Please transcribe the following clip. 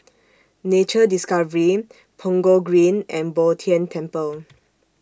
Nature Discovery Punggol Green and Bo Tien Temple